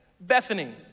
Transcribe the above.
Bethany